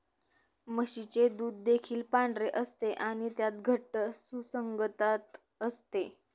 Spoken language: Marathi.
म्हशीचे दूध देखील पांढरे असते आणि त्यात घट्ट सुसंगतता असते